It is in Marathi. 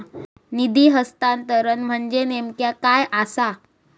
निधी हस्तांतरण म्हणजे नेमक्या काय आसा?